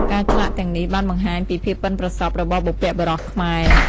ការឆ្លាក់ទាំងនេះបានបង្ហាញពីភាពប៉ិនប្រសប់របស់បុព្វបុរសខ្មែរ។